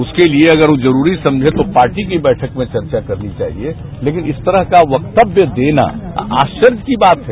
उसके लिए अगर वह जरूरी समझें तो पार्टी की बैठक में चर्चा करनी चाहिए लेकिन इस तरह का वकतव्य देना आश्चर्य की बात है